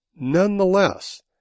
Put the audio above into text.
Nonetheless